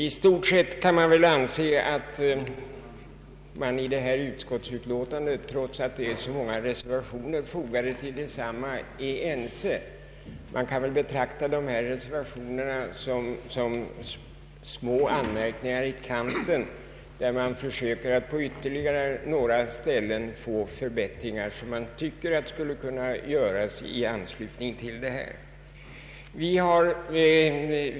I stort sett kan man väl anse att utskottet är ense, trots att så många reservationer är fogade till utlåtandet. Man kan betrakta reservationerna som små anmärkningar i kanten för att på ytterligare några ställen få till stånd förbättringar som man tycker skulle kunna göras i anslutning till nu aktuella ändringar.